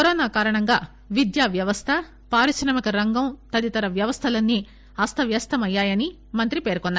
corona కారణంగా విద్యా వ్యవస్థ పారిశ్రామిక రంగం తదితర వ్యవస్థలన్నీ అస్తవ్యస్తమయ్యాయని మంత్రి పేర్కొన్నారు